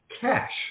cash